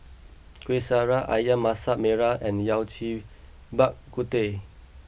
Kuih Syara Ayam Masak Merah and Yao Cai Bak Kut Teh